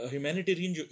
Humanitarian